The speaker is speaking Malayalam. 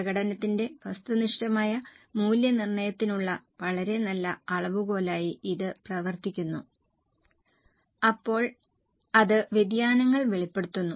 പ്രകടനത്തിന്റെ വസ്തുനിഷ്ഠമായ മൂല്യനിർണ്ണയത്തിനുള്ള വളരെ നല്ല അളവുകോലായി ഇത് പ്രവർത്തിക്കുന്നു അപ്പോൾ അത് വ്യതിയാനങ്ങൾ വെളിപ്പെടുത്തുന്നു